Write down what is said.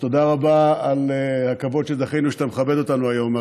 אז תודה רבה על הכבוד שזכינו שאתה מכבד אותנו היום,